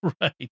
Right